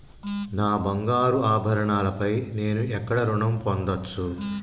నా బంగారు ఆభరణాలపై నేను ఎక్కడ రుణం పొందచ్చు?